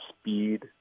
speed